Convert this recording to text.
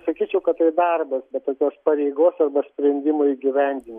sakyčiau kad tai darbas be tokios pareigos sprendimui įgyvendint